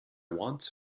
wants